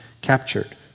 captured